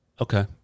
Okay